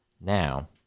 Now